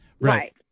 Right